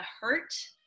hurt